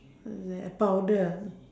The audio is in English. uh the powder